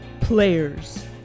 Players